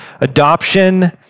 Adoption